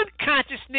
unconsciousness